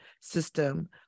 system